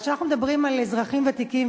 אז כשאנחנו מדברים על אזרחים ותיקים,